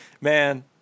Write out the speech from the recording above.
Man